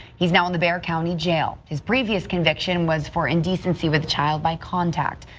he's now in the bexar county jail, his previous conviction was for indecency with childly contact.